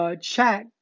chat